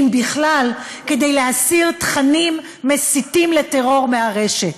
אם בכלל, כדי להסיר תכנים מסיתים לטרור מהרשת.